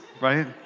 right